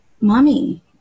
mommy